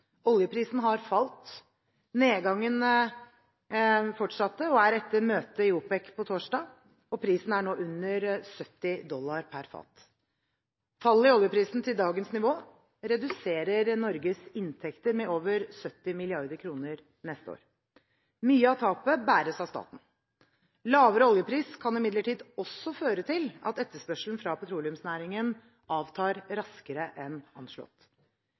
Oljeprisen har falt, nedgangen har fortsatt, og prisen er etter møtet i OPEC på torsdag nå under 70 dollar per fat. Fallet i oljeprisen til dagens nivå reduserer Norges inntekter med over 70 mrd. kr neste år. Mye av tapet bæres av staten. Lavere oljepris kan imidlertid også føre til at etterspørselen fra petroleumsnæringen avtar raskere enn anslått.